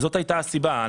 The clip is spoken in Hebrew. וזאת הייתה הסיבה.